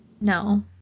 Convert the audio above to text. No